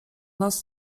nas